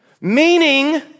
Meaning